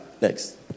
Next